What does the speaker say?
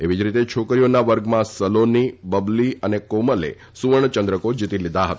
એવી જ રીતે છોકરીઓના વર્ગમાં સલોની બબલી તથા કોમલે સુવર્ણ ચંદ્રકો જીતી લીધા હતા